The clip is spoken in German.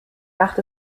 macht